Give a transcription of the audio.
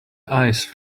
ice